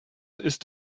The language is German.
ist